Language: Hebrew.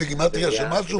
האם זה גימטרייה של משהו?